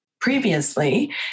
previously